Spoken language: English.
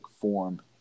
form